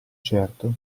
certo